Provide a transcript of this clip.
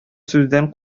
сүздән